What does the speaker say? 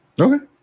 Okay